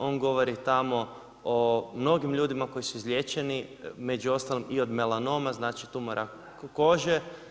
On govori tamo o mnogim ljudima koji su izliječeni, među ostalim i od melanoma, znači tumora kože.